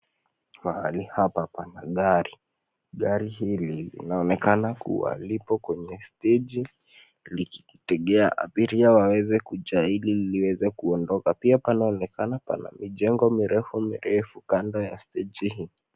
Mahali hapa pana gari. Gari hili linaonekana kuwa lipo kwenye steji likitegea abiria waweze kujaa ili liweze kuondoka. Pia panaonekana pana mijengo mirefu mirefu kando ya steji hii.